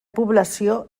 població